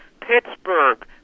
Pittsburgh